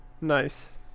nice